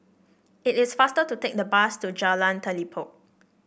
it is faster to take the bus to Jalan Telipok